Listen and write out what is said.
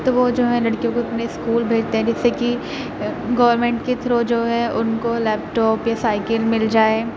تو وہ جو ہیں لڑکیوں کو اپنے اسکول بھیجتے ہیں جس سے کہ گورنمنٹ کے تھرو جو ہے ان کو لیپ ٹاپ یا سائیکل مل جائے